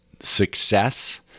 success